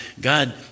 God